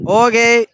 okay